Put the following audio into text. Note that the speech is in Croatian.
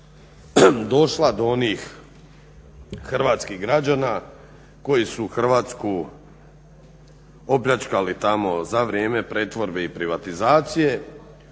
došla do onih hrvatskih građana koji su Hrvatsku opljačkali tamo za vrijeme pretvorbe i privatizacije